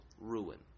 ruin